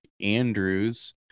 Andrews